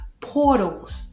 portals